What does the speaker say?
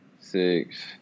six